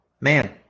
man